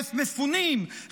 100,000 מפונים,